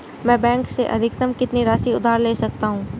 मैं बैंक से अधिकतम कितनी राशि उधार ले सकता हूँ?